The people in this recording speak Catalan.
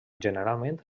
generalment